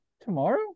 tomorrow